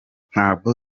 ntabwo